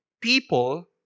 people